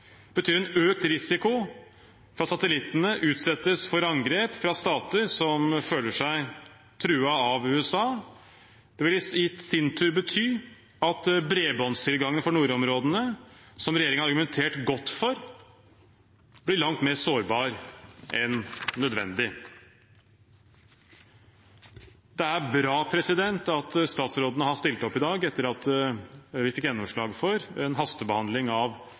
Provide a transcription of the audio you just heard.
betyr en økt risiko for at satellittene utsettes for angrep fra stater som føler seg truet av USA. Det vil i sin tur bety at bredbåndstilgangen for nordområdene, som regjeringen har argumentert godt for, blir langt mer sårbar enn nødvendig. Det er bra at statsrådene har stilt opp i dag, etter at vi fikk gjennomslag for en hastebehandling av